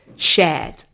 shared